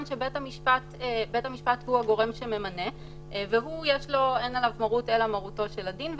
שבית המשפט הוא הגורם שממנה והוא אין עליו מרות אלא מרותו של הדין.